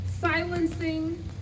silencing